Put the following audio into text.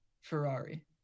Ferrari